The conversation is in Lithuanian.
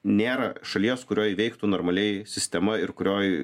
nėra šalies kurioj veiktų normaliai sistema ir kurioj